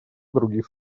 других